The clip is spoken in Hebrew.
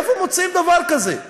איפה מוצאים דבר כזה?